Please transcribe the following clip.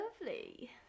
Lovely